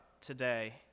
today